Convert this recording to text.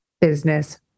business